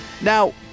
now